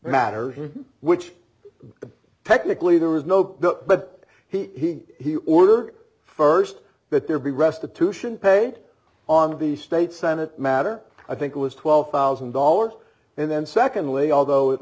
here which technically there was no but he order st that there be restitution paid on the state senate matter i think it was twelve thousand dollars and then secondly although it